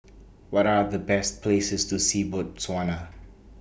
What Are The Best Places to See Botswana